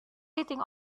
sitting